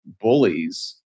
bullies